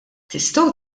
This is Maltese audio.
tistgħu